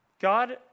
God